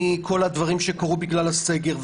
מכל הדברים שקרו בגלל הסגר.